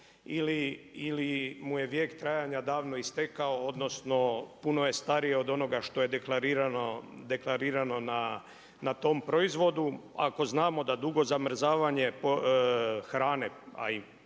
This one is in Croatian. ili mu je vijek trajanja davno istekao, odnosno, puno je stariji od onoga što je deklarirano na tom proizvodu, ako znamo da dugo zamrzavanje hrane, a i